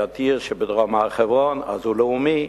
ביתיר שבדרום הר-חברון, אז הוא לאומי.